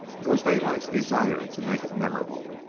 it was daylight's desire to make it memorable,